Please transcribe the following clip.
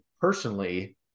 personally